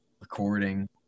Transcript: recording